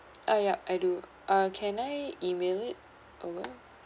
uh yup I do uh can I email it over